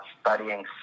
studying